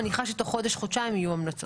ואני מניחה שבתוך חודש-חודשיים יהיו המלצות.